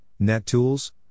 nettools